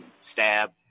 Stab